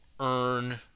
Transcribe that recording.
Earn